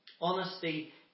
Honesty